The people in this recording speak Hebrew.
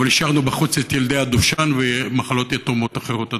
אבל השארנו בחוץ את ילדי הדושן ומחלות יתומות אחרות.